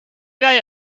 jij